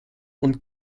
und